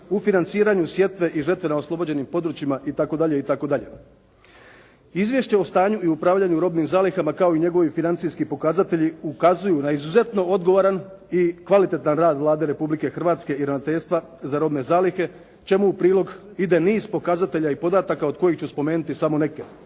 u financiranju sjetve i žetve na oslobođenim područjima itd., itd. Izvješće o stanju i upravljanju robnim zalihama kao i njegovi financijski pokazatelji, ukazuju na izuzetno odgovoran i kvalitetan rad Vlade Republike Hrvatske i Ravnateljstva za robne zalihe, čemu u prilog ide niz pokazatelja i podataka, od kojih ću spomenuti samo neke.